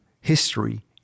history